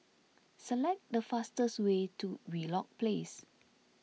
select the fastest way to Wheelock Place